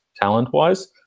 talent-wise